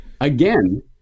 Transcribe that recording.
again